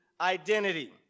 identity